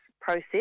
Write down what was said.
process